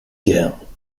cairns